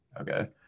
Okay